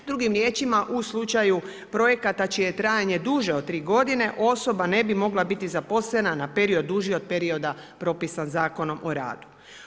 Drugim riječima, u slučaju projekata čije je trajanje duže od tri godine osoba ne bi mogla biti zaposlena na period duži od perioda propisan Zakonom o radu.